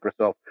Microsoft